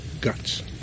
guts